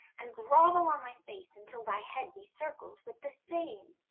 and grouell on thy face, vntill thy head be circled with the same.